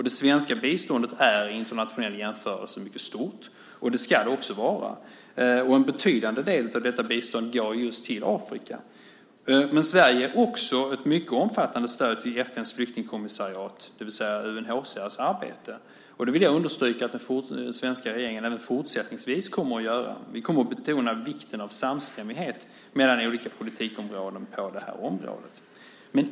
Det svenska biståndet är i internationell jämförelse mycket stort, och det ska det också vara. En betydande del av det biståndet går just till Afrika. Sverige ger också ett mycket omfattande stöd till FN:s flyktingkommissariats, UNHCR:s, arbete. Jag vill understryka att den svenska regeringen även fortsättningsvis kommer att göra det. Vi kommer att betona vikten av samstämmighet mellan olika politikområden.